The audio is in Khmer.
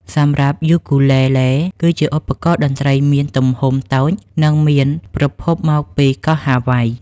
សម្រាប់យូគូលេលេ គឺជាឧបករណ៍តន្ត្រីមានទំហំតូច និងមានប្រភពមកពីកោះហាវ៉ៃ។